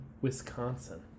Wisconsin